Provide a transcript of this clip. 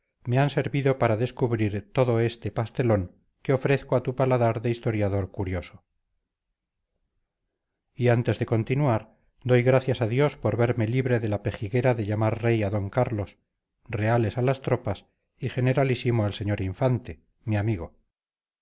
me han servido para descubrir todo este pastelón que ofrezco a tu paladar de historiador curioso y antes de continuar doy gracias a dios por verme libre de la pejiguera de llamar rey a d carlos reales a las tropas y generalísimo al señor infante mi amigo